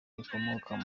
rikomoka